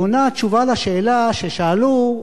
היא עונה תשובה לשאלה ששאלו,